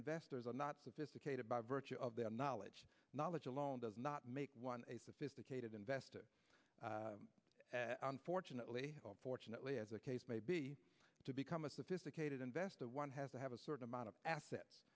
investors are not sophisticated by virtue of their knowledge knowledge alone does not make one a sophisticated investor unfortunately or fortunately as the case may be to become a sophisticated investor one has to have a certain amount of assets